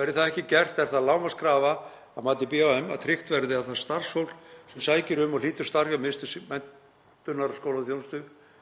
Verði það ekki gert er það lágmarkskrafa að mati BHM að tryggt verði að það starfsfólk sem sækir um og hlýtur starf hjá Miðstöð menntunar og skólaþjónustu